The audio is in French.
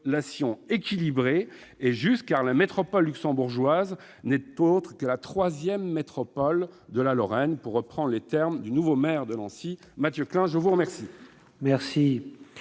équilibrées et justes. Après tout, la métropole luxembourgeoise n'est autre que la troisième métropole de la Lorraine, pour reprendre les termes du nouveau maire de Nancy, Mathieu Klein. La parole